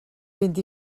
vint